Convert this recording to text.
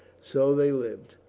so they lived.